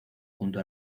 junto